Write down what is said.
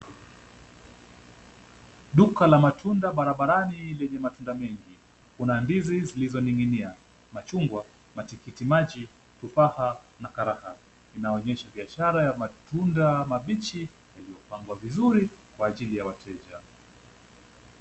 Duka la matunda barabarani lenye matunda mengi. Kuna ndizi zilizoning'inia, machungwa, matikitimaji, tufaha na karaha. Linaonyesha biashara ya matunda mabichi yamepangwa vizuri kwa ajili ya wateja.